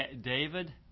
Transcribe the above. David